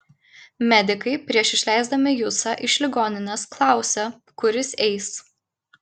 medikai prieš išleisdami jusą iš ligoninės klausė kur jis eis